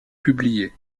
publiées